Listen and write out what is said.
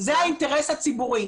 זה האינטרס הציבורי.